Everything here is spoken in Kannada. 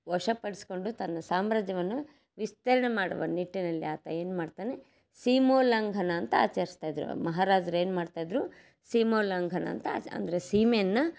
ವಶಪಡಿಸ್ಕೊಂಡು ತನ್ನ ಸಾಮ್ರಾಜ್ಯವನ್ನು ವಿಸ್ತರಣೆ ಮಾಡುವ ನಿಟ್ಟಿನಲ್ಲಿ ಆತ ಏನು ಮಾಡ್ತಾನೆ ಸೀಮೋಲ್ಲಂಘನ ಅಂತ ಆಚರಿಸ್ತಾ ಇದ್ದರು ಮಹಾರಾಜ್ರು ಏನು ಮಾಡ್ತಾ ಇದ್ದರು ಸೀಮೋಲ್ಲಂಘನ ಅಂತ ಆಚ ಅಂದರೆ ಸೀಮೆಯನ್ನು